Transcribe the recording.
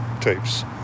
tapes